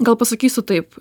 gal pasakysiu taip